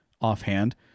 offhand